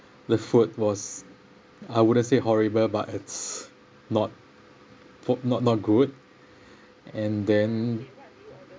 the food was I wouldn't say horrible but it's not pop~ not not good and then